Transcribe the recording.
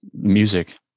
Music